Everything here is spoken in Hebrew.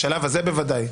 בשלב הזה בוודאי,